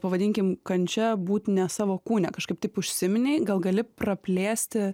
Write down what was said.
pavadinkim kančia būt ne savo kūne kažkaip taip užsiminei gal gali praplėsti